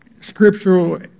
scriptural